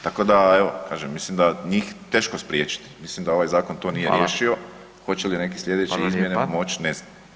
Tako da, evo, kažem, mislim da je njih teško spriječiti, mislim da ovaj zakon to nije [[Upadica: Hvala.]] riješio, hoće li neki sljedeće [[Upadica: Hvala lijepa.]] izmjene moći, ne znam.